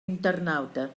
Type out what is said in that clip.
internauta